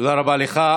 תודה רבה לך.